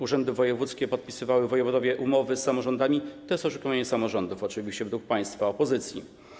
urzędy wojewódzkie podpisywały, wojewodowie, umowy z samorządami, to jest to oszukiwanie samorządów, oczywiście według państwa opozycji.